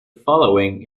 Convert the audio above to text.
following